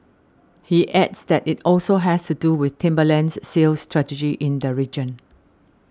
he adds that it also has to do with Timberland's sales strategy in the region